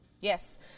Yes